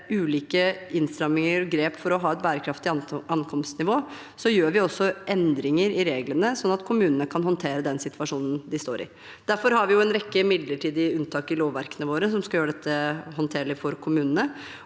ulike innstramminger og grep for å ha et bærekraftig ankomstnivå, gjør vi også endringer i reglene, sånn at kommunene kan håndtere den situasjonen de står i. Derfor har vi en rekke midlertidige unntak i lovverkene våre, som skal gjøre dette håndterlig for kommunene,